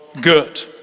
good